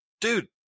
dude